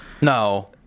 No